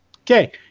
Okay